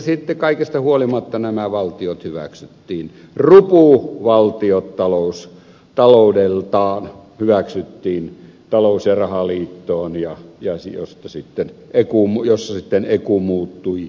sitten kaikesta huolimatta nämä valtiot hyväksyttiin rupuvaltiot taloudeltaan hyväksyttiin talous ja rahaliittoon ja jossa sitten ecu muuttui euroksi